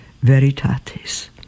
Veritatis